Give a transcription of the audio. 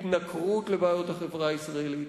התנכרות לבעיות החברה הישראלית.